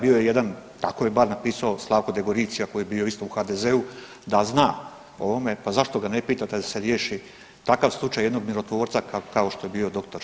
Bio je jedan tako je barem napisao Slavko Degoricija koji je bio isto u HDZ-u da zna o ovome, pa zašto ga ne pitate da se riješi takav slučaj jednog mirotvorca kao što je bio doktor Šreter?